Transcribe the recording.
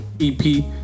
EP